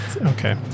Okay